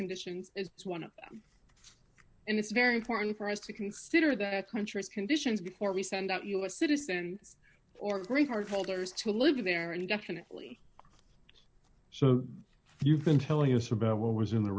conditions is one of them and it's very important for us to consider that countries conditions before we send out u s citizens or green card holders to live there indefinitely so you've been telling us about what was in the